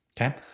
Okay